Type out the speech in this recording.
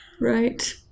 Right